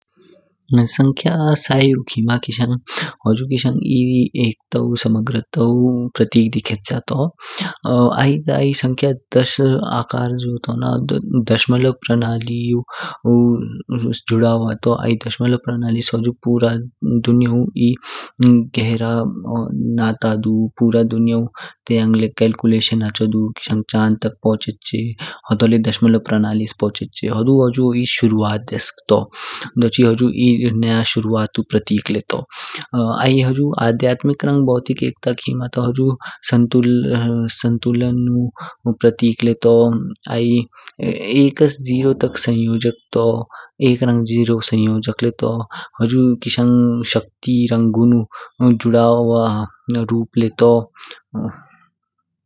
संख्य साायॆउ खिमा किशंग हुजु किशंग एकता, सग्रतौ प्रतीक दिकेच्य तु, आतााै संख्य दस आकर जो तु न दशमलव प्रनालिउ जुड़ा हुआ तो। धशमलव प्रबलिस हुजु दुनियाै पुरा दुनियाओ एहह गहरा नाता दु। पुरा दुनियौ तंयग ले कैलकुलेशन हचो दु, किशंग चंद तक पोचेचे होदो ले दशमलव प्रनालिस पोचहचे। होदो हुजु ही शुरत्स तो, दोची हुजु एहह नया शुरुअतु प्रतीक ले तो। हुजु आध्यात्मिक रंग बोधिक एकता खिमा ता हुजु संतुलनु प्रतीक ले तु एकस-शून्य संयोजक ले तु। हुजु किशंग शक्ति रंग गुणु जुड़ा हुआ रूप ले तु।